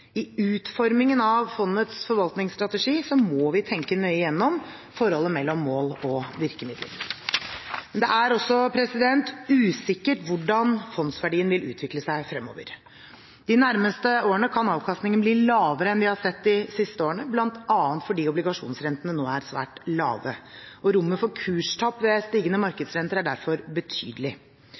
I utformingen av fondets forvaltningsstrategi må vi tenke nøye gjennom forholdet mellom mål og virkemiddel. Det er også usikkert hvordan fondsverdien vil utvikle seg fremover. De nærmeste årene kan avkastningen bli lavere enn vi har sett de siste årene, bl.a. fordi obligasjonsrentene nå er svært lave. Rommet for kurstap ved stigende markedsrente er derfor betydelig.